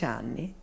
anni